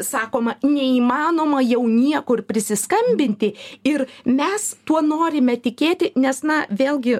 sakoma neįmanoma jau niekur prisiskambinti ir mes tuo norime tikėti nes na vėlgi